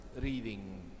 reading